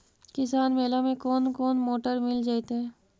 किसान मेला में कोन कोन मोटर मिल जैतै?